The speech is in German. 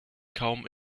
kaum